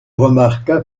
remarqua